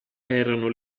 erano